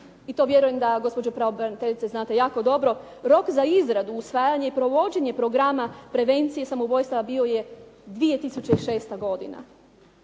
i to vjerujem da gospođo pravobraniteljice znate jako dobro, rok za izradu, usvajanje i provođenje programa prevencije samoubojstava bio je 2006. godina.